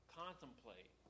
contemplate